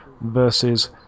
versus